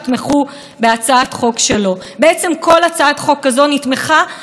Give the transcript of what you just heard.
20% מנציגי הכנסת ואולי 20% מהציבור.